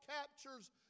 captures